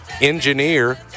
engineer